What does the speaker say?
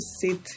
sit